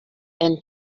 and